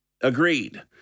Agreed